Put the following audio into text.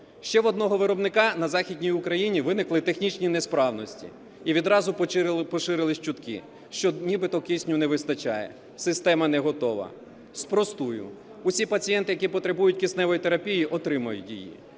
ще в одного виробника на Західній Україні виникли технічні несправності і відразу поширились чутки, що нібито кисню не вистачає, система не готова. Спростую: усі пацієнти, які потребують кисневої терапії, отримають її,